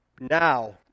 Now